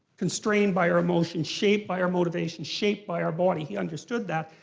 constrained by our emotions, shaped by our motivations, shaped by our body. he understood that.